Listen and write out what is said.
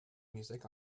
music